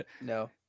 No